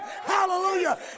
hallelujah